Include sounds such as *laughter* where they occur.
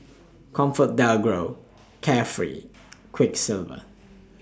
ComfortDelGro Carefree *noise* Quiksilver